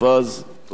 תודה.